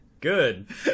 good